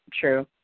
True